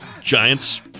Giants